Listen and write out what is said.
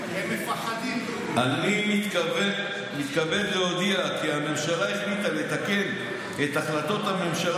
אני מתכבד להודיע כי הממשלה החליטה לתקן את החלטות הממשלה